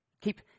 Keep